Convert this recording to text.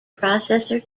processor